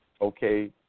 Okay